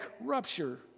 rupture